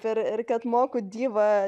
ir ir kad moku diva